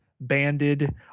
banded